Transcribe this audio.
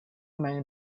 main